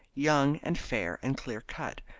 young and fair and clear cut,